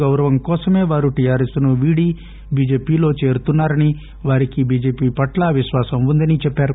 గౌరవం కోసమే వారు టీఆర్ఎస్ ను వీడి బీజేపీలో చేరుతున్నారని వారికి చీజేపీపై విశ్వాసం ఉందని చెప్పారు